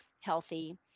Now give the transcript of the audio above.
healthy